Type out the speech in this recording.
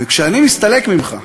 וכשאני מסתלק ממך,